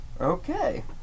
Okay